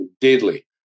deadly